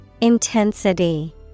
Intensity